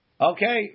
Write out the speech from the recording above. okay